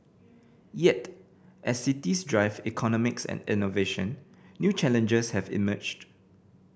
yet as cities drive economies and innovation new challenges have emerged